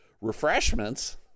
refreshments